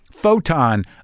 photon